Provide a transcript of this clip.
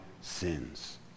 sins